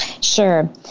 Sure